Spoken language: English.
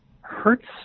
hurts